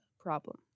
problem